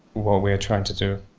what we're trying to do.